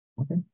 okay